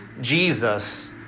Jesus